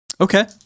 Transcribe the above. okay